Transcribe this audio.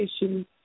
issues